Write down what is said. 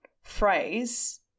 phrase